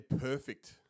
perfect